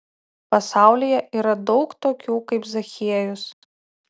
pasaulyje yra daug tokių kaip zachiejus